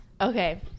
Okay